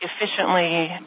efficiently